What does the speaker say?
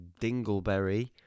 Dingleberry